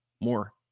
more